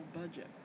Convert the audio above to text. budget